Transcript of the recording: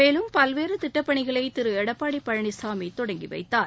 மேலும் பல்வேறு திட்டப் பணிகளை திரு எடப்பாடி பழனிசாமி தொடங்கி வைத்தார்